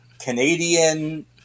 Canadian